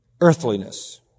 earthliness